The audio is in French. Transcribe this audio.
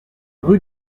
rue